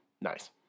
nice